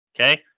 Okay